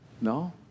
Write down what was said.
No